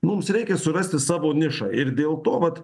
mums reikia surasti savo nišą ir dėl to vat